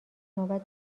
نوبت